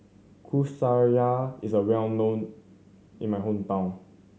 Kueh Syara is well known in my hometown